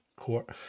court